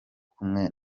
kumwe